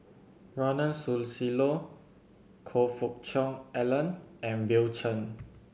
Ronald Susilo Choe Fook Cheong Alan and Bill Chen